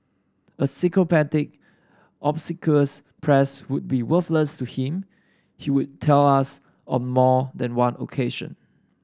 a sycophantic obsequious press would be worthless to him he would tell us on more than one occasion